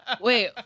Wait